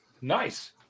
Nice